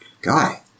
guy